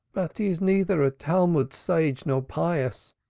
but he is neither a talmud-sage nor pious.